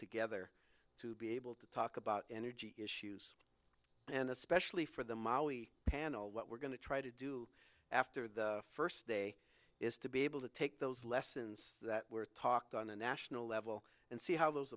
together to be able to talk about energy issues and especially for the molly panel what we're going to try to do after the first day is to be able to take those lessons that were talked on a national level and see how those